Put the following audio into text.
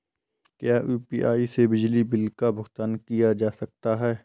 क्या यू.पी.आई से बिजली बिल का भुगतान किया जा सकता है?